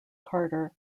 carter